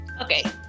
Okay